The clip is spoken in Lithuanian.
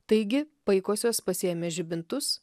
taigi paikosios pasiėmė žibintus